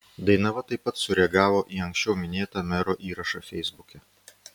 dainava taip pat sureagavo į anksčiau minėtą mero įrašą feisbuke